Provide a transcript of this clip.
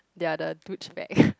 their the douche bag